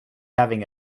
having